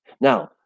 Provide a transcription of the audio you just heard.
Now